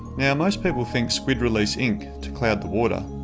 now, most people think squid release ink to cloud the water,